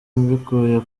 mbikuye